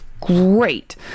great